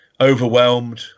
Overwhelmed